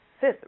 fifth